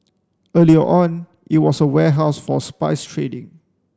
earlier on it was a warehouse for spice trading